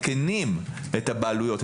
מעדכנים את הבעלויות,